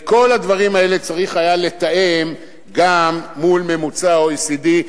את כל הדברים האלה צריך היה לתאם גם מול ממוצע ה-OECD,